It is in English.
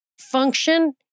function